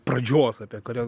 pradžios apie kodėl